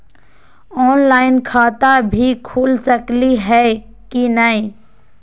Online खाता भी खुल सकली है कि नही?